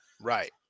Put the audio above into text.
Right